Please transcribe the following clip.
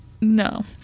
no